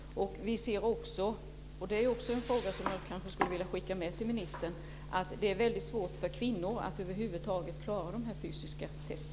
Vi ser också, vilket jag vill skicka med ministern, att det är väldigt svårt för kvinnor att över huvud taget klara dessa fysiska test.